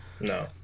No